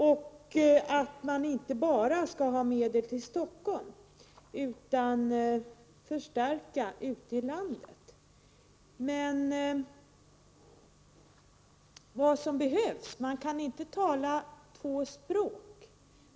Det skall inte bara ges medel till Stockholm, utan vi skall förstärka ute i landet. Men man kan inte tala två språk.